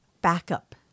backup